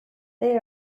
they